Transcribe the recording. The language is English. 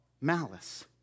malice